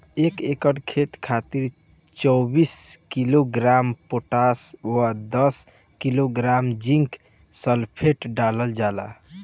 एक एकड़ खेत खातिर चौबीस किलोग्राम पोटाश व दस किलोग्राम जिंक सल्फेट डालल जाला?